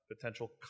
Potential